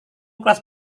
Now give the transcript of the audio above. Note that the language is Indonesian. kelas